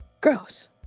Gross